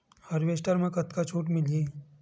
Harvester म कतका छूट मिलही?